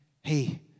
hey